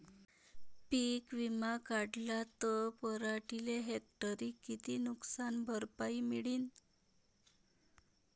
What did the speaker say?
पीक विमा काढला त पराटीले हेक्टरी किती नुकसान भरपाई मिळीनं?